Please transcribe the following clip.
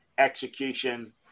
execution